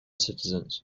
citizens